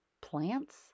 plants